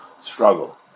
struggle